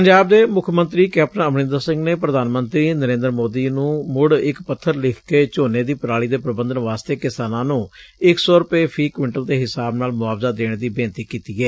ਪੰਜਾਬ ਦੇ ਮੁੱਖ ਮੰਤਰੀ ਕੈਪਟਨ ਅਮਰਿੰਦਰ ਸਿੰਘ ਨੇ ਪ੍ਰਧਾਨ ਮੰਤਰੀ ਨਰੇਂਦਰ ਮੋਦੀ ਨੂੰ ਮੁੜ ਇਕ ਪੱਤਰ ਲਿੱਖ ਕੇ ਝੋਨੇ ਦੀ ਪਰਾਲੀ ਦੇ ਪ੍ਰੰਬਧਨ ਵਾਸਤੇ ਕਿਸਾਨਾਂ ਨੂੰ ਇਕ ਸੌ ਰੁਪਏ ਫ਼ੀ ਕੁਇੰਟਲ ਦੇ ਹਿਸਾਬ ਨਾਲ ਮੁਆਵਜਾ ਦੇਣ ਦੀ ਬੇਨਤੀ ਕੀਤੀ ਏ